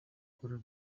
ukuntu